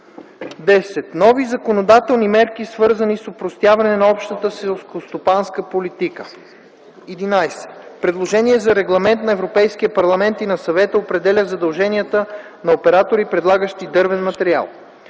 10. Нови законодателни мерки, свързани с опростяване на Общата селскостопанска политика. 11. Предложение за Регламент на Европейския парламент и на Съвета, определящ задълженията на оператори, предлагащи дървен материал.